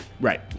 Right